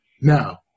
Now